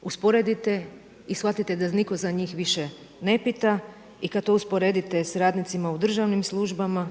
to usporedite i shvatite da niko za njih više ne pita i kada to usporedite s radnicima u državnim službama